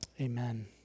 Amen